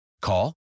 Call